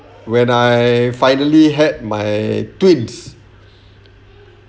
when I finally had my twins